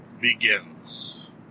begins